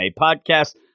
Podcast